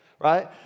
Right